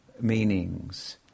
meanings